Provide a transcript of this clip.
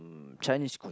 mm Chinese cuisine